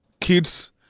kids